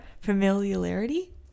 familiarity